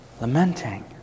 Lamenting